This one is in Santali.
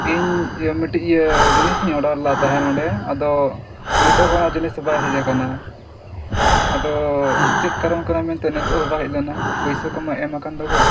ᱤᱧ ᱤᱭᱟᱹ ᱢᱤᱫᱴᱤᱡ ᱤᱭᱟᱹ ᱡᱤᱤᱥᱤᱧ ᱚᱰᱟᱨᱞᱮᱫ ᱛᱟᱦᱮᱸᱫ ᱚᱸᱰᱮ ᱟᱫᱚ ᱱᱤᱛᱚᱜᱦᱚᱸ ᱚᱱᱟ ᱡᱤᱱᱤᱥ ᱵᱟᱭ ᱦᱮᱡ ᱟᱠᱟᱱᱟ ᱟᱫᱚ ᱪᱮᱫ ᱠᱟᱨᱚᱱ ᱠᱟᱱᱟ ᱢᱮᱱᱛᱮ ᱱᱤᱛᱚᱜᱦᱚᱸ ᱵᱟᱭ ᱦᱮᱡᱞᱮᱱᱟ ᱯᱩᱭᱥᱟᱹᱠᱚᱢᱟ ᱮᱢ ᱟᱠᱟᱱᱫᱚ ᱜᱳ